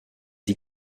die